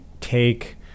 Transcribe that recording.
take